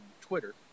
Twitter